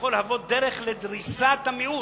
שיכול להוות דרך לדריסת המיעוט.